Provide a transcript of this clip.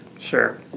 Sure